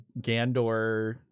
Gandor